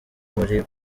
muri